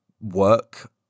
work